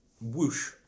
whoosh